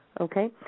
Okay